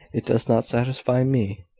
it does not satisfy me.